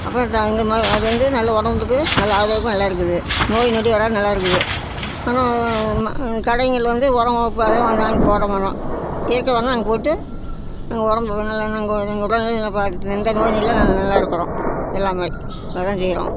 அப்புறம் அது வந்து நல்ல ஒரத்துக்கு நல்ல ஆதாயமாக நல்லா இருக்குது நோய் நொடி வராது நல்லா இருக்குது ஆனால் ம கடைங்களில் வந்து உரம் வாங்கிப் போடமாட்டோம் இயற்கை உரம் நாங்கள் போட்டு உடம்புக்கு நல்லா நாங்கள் எங்கள் குழந்தைங்க எந்த நோய் நொடி இல்லை நாங்கள் நல்லா இருக்கிறோம் எல்லா மாதிரி அதான் செய்யறோம்